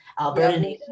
Alberta